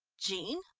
jean?